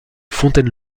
fontaine